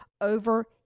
over